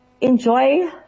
Enjoy